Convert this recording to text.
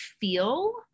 feel